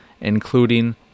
including